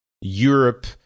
europe